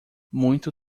muito